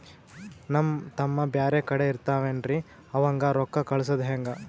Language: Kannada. ನಮ್ ತಮ್ಮ ಬ್ಯಾರೆ ಕಡೆ ಇರತಾವೇನ್ರಿ ಅವಂಗ ರೋಕ್ಕ ಕಳಸದ ಹೆಂಗ?